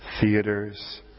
theaters